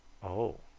oh!